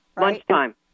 Lunchtime